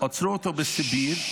עצרו אותו בסיביר.